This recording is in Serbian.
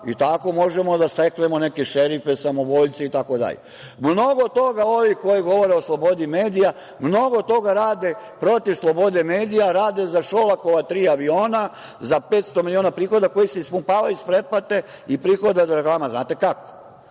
Tako možemo da steknemo neke šefove, samovoljce itd. Mnogo toga ovi koji govore o slobodi medija, mnogo toga rade protiv slobode medija, rade za Šolakova tri aviona, za 500 miliona prihoda koji se ispumpavaju iz pretplate i prihoda od reklama. Znate li kako?